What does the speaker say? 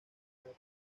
mujer